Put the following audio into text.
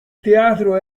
teatro